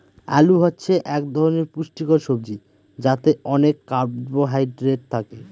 আলু হচ্ছে এক ধরনের পুষ্টিকর সবজি যাতে অনেক কার্বহাইড্রেট থাকে